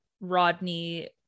Rodney